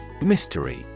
Mystery